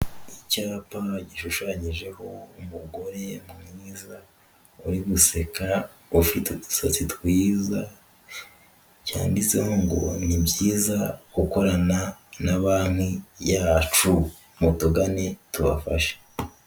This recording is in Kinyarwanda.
Icyapa gishushanyijeho umugore mwiza uri guseka, ufite udusatsi twiza cyanditseho ngo ni byiza gukorana na banki yacu, mutugane tubafashe.